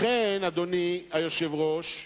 לכן, אדוני היושב-ראש,